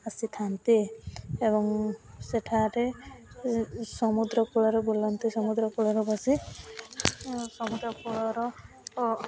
ଆସିଥାନ୍ତେ ଏବଂ ସେଠାରେ ସମୁଦ୍ର କୂଳରେ ବୁଲନ୍ତି ସମୁଦ୍ର କୂଳରେ ବସି ସମୁଦ୍ର କୂଳର ଓ